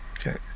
Okay